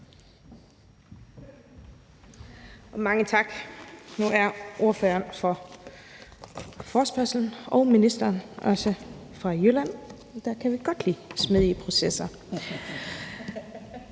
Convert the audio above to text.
Mange tak. Nu er ordføreren for forespørgerne og ministeren også fra Jylland, og der kan vi godt lide smidige processer.